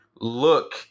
look